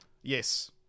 Yes